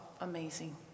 amazing